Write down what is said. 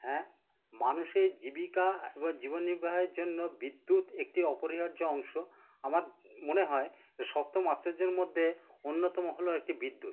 হ্যাঁ মানুষের জীবিকা জীবন নির্বাহের জন্য বিদ্যুৎ একটি অপরিহার্য অংশ আমার মনে হয় সপ্তম আশ্চর্যের মধ্যে অন্যতম হলো একটি বিদ্যুৎ